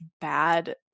bad